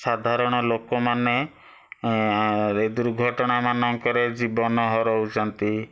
ସାଧାରଣ ଲୋକମାନେ ରେ ଦୁର୍ଘଟଣା ମାନଙ୍କରେ ଜୀବନ ହରାଉଛନ୍ତି